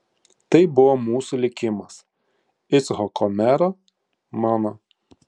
tai buvo mūsų likimas icchoko mero mano